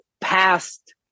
past